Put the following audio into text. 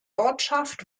ortschaft